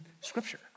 scripture